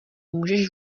můžeš